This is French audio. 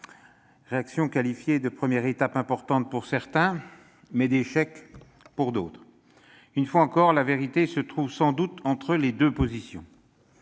été qualifié de première étape importante par certains, d'échec par d'autres. Une fois encore, la vérité se trouve sans doute entre les deux positions.